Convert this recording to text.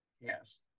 Yes